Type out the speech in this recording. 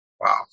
Wow